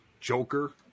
Joker